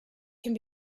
can